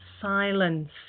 silence